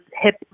hip